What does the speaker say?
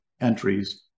entries